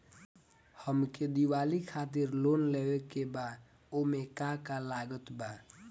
हमके दिवाली खातिर लोन लेवे के बा ओमे का का लागत बा?